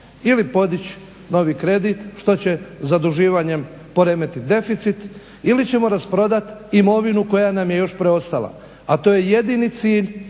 ili podići novi kredit što će zaduživanjem poremetit deficit ili ćemo rasprodat imovinu koja nam je još preostala, a to je jedini cilj